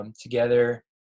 together